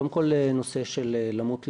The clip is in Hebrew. קודם כל נושא של למות לבד.